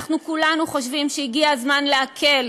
כולנו חושבים שהגיע הזמן להקל